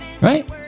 Right